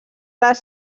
les